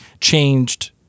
changed